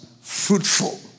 fruitful